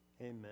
amen